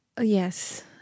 Yes